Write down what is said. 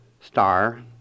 star